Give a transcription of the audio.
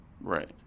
Right